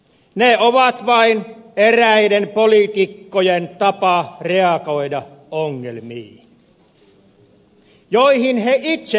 ne ovat vain eräiden poliitikkojen tapa reagoida ongelmiin joihin he itse ovat syypäitä